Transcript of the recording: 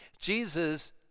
Jesus